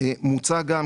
מוצע גם,